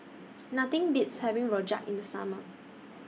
Nothing Beats having Rojak in The Summer